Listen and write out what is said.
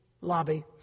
lobby